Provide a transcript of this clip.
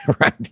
Right